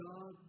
God